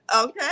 okay